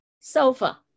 Sofa